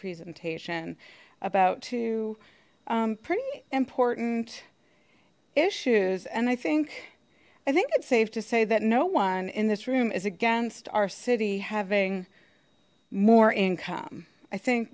presentation about two pretty important issues and i think i think it's safe to say that no one in this room is against our city having more income i think